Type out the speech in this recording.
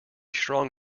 strong